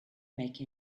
make